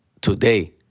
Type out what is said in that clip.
Today